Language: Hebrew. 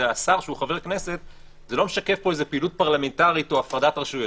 השר שהוא חבר כנסת לא משקף איזו פעילות פרלמנטרית או הפרדת רשויות.